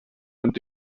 und